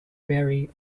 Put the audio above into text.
berry